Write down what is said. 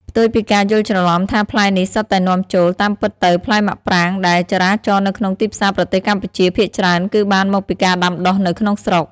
ផ្ទុយពីការយល់ច្រឡំថាផ្លែនេះសុទ្ធតែនាំចូល តាមពិតទៅផ្លែមាក់ប្រាងដែលចរាចរណ៍នៅក្នុងទីផ្សារប្រទេសកម្ពុជាភាគច្រើនគឺបានមកពីការដាំដុះនៅក្នុងស្រុក។